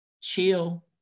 chill